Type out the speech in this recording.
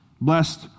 Blessed